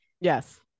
Yes